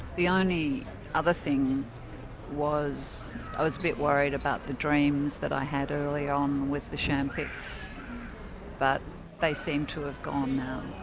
the only other thing was i was a bit worried about the dreams that i had early on with the champix but they seem to have gone now.